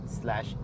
slash